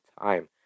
time